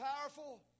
powerful